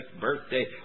birthday